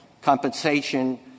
compensation